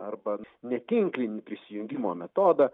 arba netinklinį prisijungimo metodą